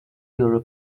your